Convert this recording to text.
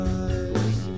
eyes